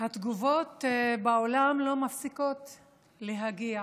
התגובות בעולם לא מפסיקות להגיע.